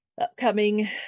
upcoming